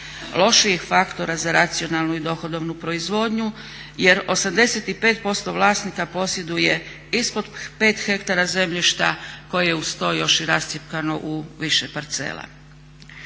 lošijih faktora za racionalnu i dohodovnu proizvodnju jer 8% vlasnika posjeduje ispod 5 hektara zemljišta koje je uz to još i rascjepkano u više parcela.